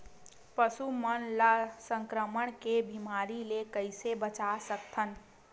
पशु मन ला संक्रमण के बीमारी से कइसे बचा सकथन?